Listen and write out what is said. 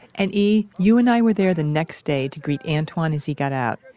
and e, you and i were there the next day to greet antwan as he got out.